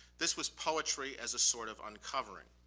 this was poetry as a sort of uncovering.